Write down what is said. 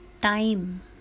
time